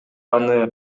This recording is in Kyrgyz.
аны